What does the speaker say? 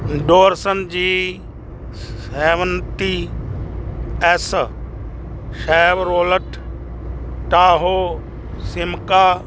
ਡੋਰਸਨ G seventy S Chevrolet Tahoe Simca